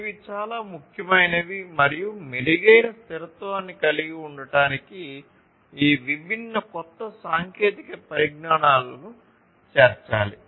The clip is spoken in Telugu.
ఇవి చాలా ముఖ్యమైనవి మరియు మెరుగైన స్థిరత్వాన్ని కలిగి ఉండటానికి ఈ విభిన్న కొత్త సాంకేతిక పరిజ్ఞానాలను చేర్చాలి